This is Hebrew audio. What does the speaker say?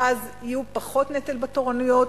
ואז יהיה פחות נטל בתורנויות.